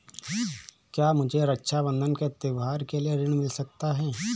क्या मुझे रक्षाबंधन के त्योहार के लिए ऋण मिल सकता है?